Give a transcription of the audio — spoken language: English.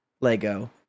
Lego